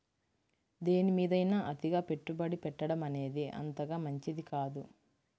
దేనిమీదైనా అతిగా పెట్టుబడి పెట్టడమనేది అంతగా మంచిది కాదు